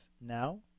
now